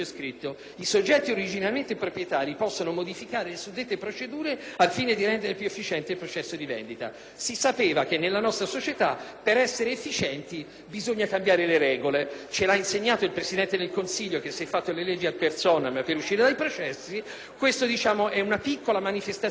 modificare le suddette procedure al fine di rendere più efficiente il processo di vendita». Si sapeva che nella nostra società, per essere efficienti, bisogna cambiare le regole; ce lo ha insegnato il Presidente del Consiglio, che si è fatto le leggi *ad personam* per uscire dai processi, e questa è una piccola manifestazione vernacolare di questa vocazione.